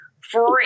free